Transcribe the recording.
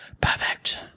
Perfect